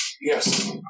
Yes